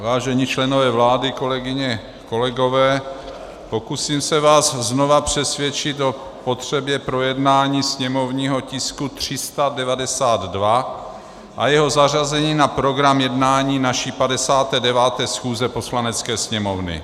Vážení členové vlády, kolegyně, kolegové, pokusím se vás znova přesvědčit o potřebě projednání sněmovního tisku 392 a jeho zařazení na program jednání naší 59. schůze Poslanecké sněmovny.